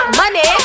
money